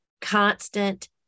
constant